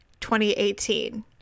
2018